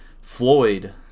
Floyd